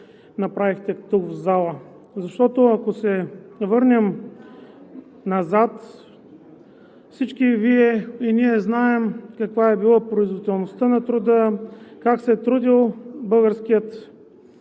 направихте тук, в залата. Ако се върнем назад, всички знаем каква е била производителността на труда, как се е трудил българският